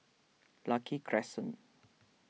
Lucky Crescent